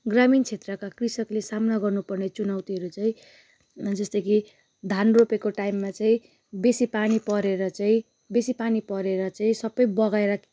ग्रामीण क्षेत्रको कृषकले सामना गर्नुपर्ने चुनौतीहरू चाहिँ जस्तो कि धान रोपेको टाइममा चाहिँ बेसी पानी परेर चाहिँ बेसी पानी परेरचाहिँचैँ सबै बगाएर